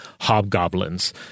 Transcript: hobgoblins